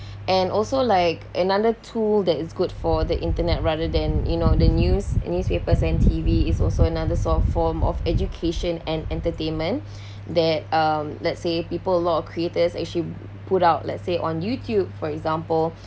and also like another tool that is good for the internet rather than you know the news the newspapers and T_V is also another soft form of education and entertainment that um let's say people a lot of creators actually put out let's say on youtube for example